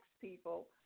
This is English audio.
people